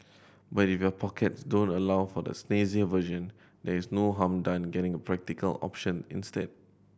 but if your pockets don't allow for the snazzier version there is no harm done getting a practical option instead